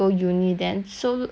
late already sia cause